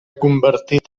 convertit